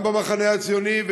גם במחנה הציוני,